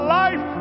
life